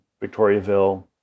Victoriaville